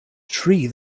tree